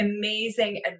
amazing